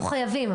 לא חייבים,